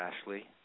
Ashley